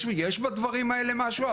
יש בדברים האלה משהו,